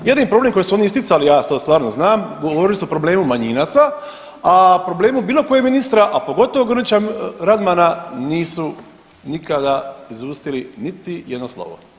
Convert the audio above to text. Jedini problem koji su oni isticali, ja to stvarno znam, govorili su o problemu manjinaca, a problemu bilo kojeg ministara, a pogotovo Grlića Radmana nisu nikada izustili niti jedno slovo.